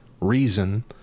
Reason